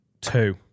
Two